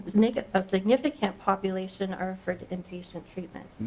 make a significant population are referred to inpatient treatment.